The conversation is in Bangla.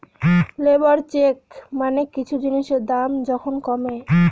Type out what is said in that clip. লেবর চেক মানে কিছু জিনিসের দাম যখন কমে